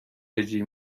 هجی